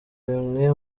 bimwe